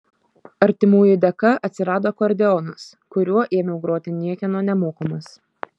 artimųjų dėka atsirado akordeonas kuriuo ėmiau groti niekieno nemokomas